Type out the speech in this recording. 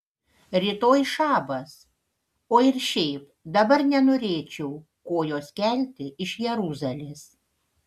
rytoj šabas o ir šiaip dabar nenorėčiau kojos kelti iš jeruzalės